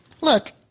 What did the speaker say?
look